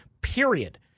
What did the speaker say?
period